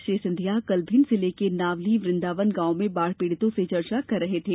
श्री सिंधिया कल भिंड जिले के नावली वृंदावन गांव में बाढ पीड़ितों से चर्चा कर रहे थे